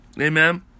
amen